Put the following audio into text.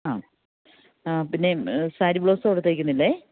ആ പിന്നെ സാരി ബ്ലൌസും അവിടെ തയ്ക്കുന്നില്ലേ